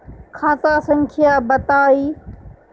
खाता संख्या बताई?